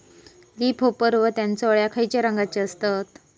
Leaf hopper व त्यानचो अळ्या खैचे रंगाचे असतत?